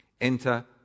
Enter